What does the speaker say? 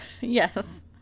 Yes